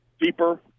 deeper